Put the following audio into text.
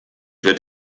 wird